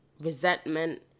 resentment